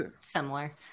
similar